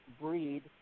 breed